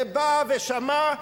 ובא ושמע.